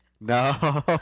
no